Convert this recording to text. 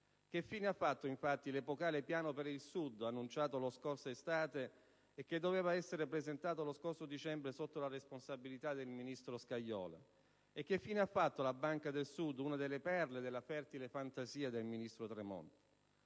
Che fine ha fatto infatti l'epocale Piano per il Sud annunciato la scorsa estate e che doveva essere presentato lo scorso dicembre sotto la responsabilità del ministro Scajola? E che fine ha fatto la Banca del Sud, una delle perle della fertile fantasia del ministro Tremonti?